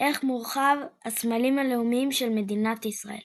ערך מורחב – הסמלים הלאומיים של מדינת ישראל